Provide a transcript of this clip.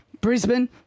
Brisbane